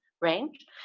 range